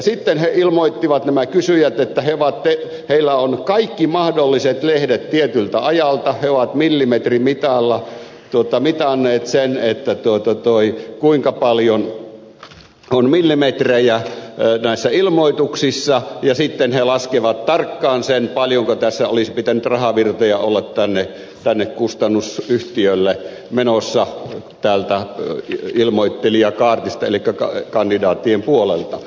sitten he ilmoittivat nämä kysyjät että heillä on kaikki mahdolliset lehdet tietyltä ajalta he ovat millimetrimitalla mitanneet sen kuinka paljon on millimetrejä näissä ilmoituksissa ja sitten he laskevat tarkkaan sen paljonko tässä olisi pitänyt rahavirtoja olla tänne kustannusyhtiölle menossa täältä ilmoittelijakaartista elikkä kandidaattien puolelta